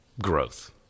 Growth